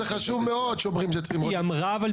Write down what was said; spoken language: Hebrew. זה חשוב מאוד שאומרים שצריכים עוד יציאה.